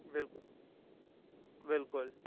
بلکُل بلکُل